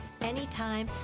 anytime